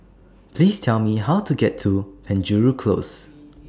Please Tell Me How to get to Penjuru Close